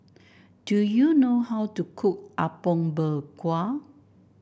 do you know how to cook Apom Berkuah